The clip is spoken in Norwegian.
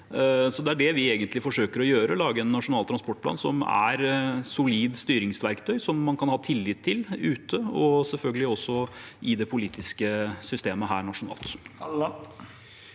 Så det vi egentlig forsøker å gjøre, er å lage en nasjonal transportplan som er et solid styringsverktøy, og som man kan ha tillit til ute – og selvfølgelig også i det politiske systemet her nasjonalt.